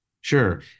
Sure